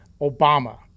Obama